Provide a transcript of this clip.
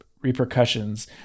repercussions